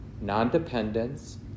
non-dependence